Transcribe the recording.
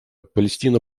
палестина